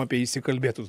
apie įsikalbėtus